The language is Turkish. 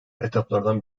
etaplardan